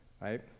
right